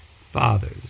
fathers